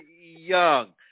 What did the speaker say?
young